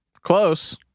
Close